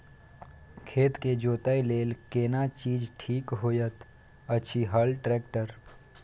खेत के जोतय लेल केना चीज ठीक होयत अछि, हल, ट्रैक्टर?